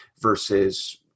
versus